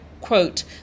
quote